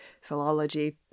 philology